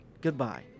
goodbye